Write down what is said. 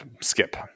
skip